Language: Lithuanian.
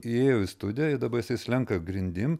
įėjo į studiją ir dabar jisai slenka grindim